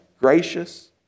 gracious